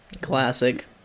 Classic